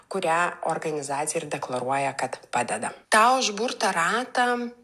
kurią organizacija ir deklaruoja kad padeda tą užburtą ratą